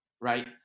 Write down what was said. right